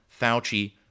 Fauci